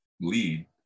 lead